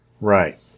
Right